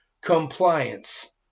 compliance